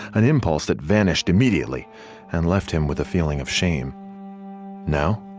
an impulse that vanished immediately and left him with a feeling of shame now